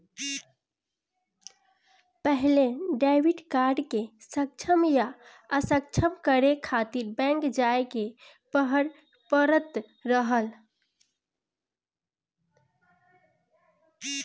पहिले debit card के सक्षम या असक्षम करे खातिर बैंक जाए के पड़त रहल